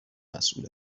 مسئول